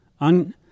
on